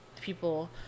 people